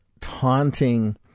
taunting